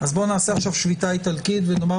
אז בואו נעשה שביתה איטלקית ונאמר